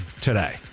today